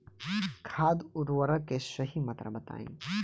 खाद उर्वरक के सही मात्रा बताई?